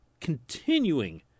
continuing